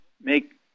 make